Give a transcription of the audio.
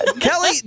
Kelly